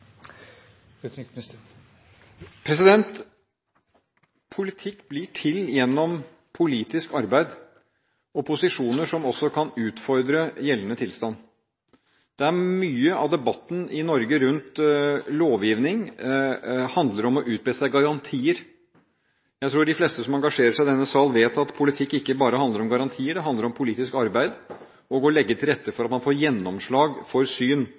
Politikk blir til gjennom politisk arbeid, opposisjoner som kan utfordre gjeldende tilstand, der mye av debatten i Norge rundt lovgivning handler om å utbe seg garantier. Jeg tror de fleste som engasjerer seg i denne sal, vet at politikk ikke bare handler om garantier. Det handler om politisk arbeid og å legge til rette for at man får gjennomslag for syn